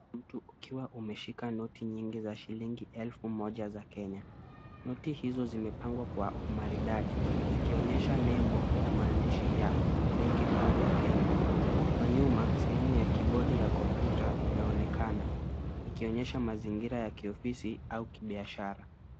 Mtu ukiwa umeshika noti mingi za shilingi elfu moja za Kenya. Noti hizo zimepangwa kwa umaridadi zikionyesha nembo na maandishi ya benki kuu ya Kenya. Kwa nyuma, sehemu ya kebodi ya kompyuta inaonekana ikionuesha mazingira ya kiofisi au kibiashara.